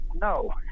No